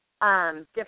different